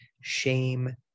shame